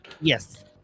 yes